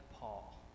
Paul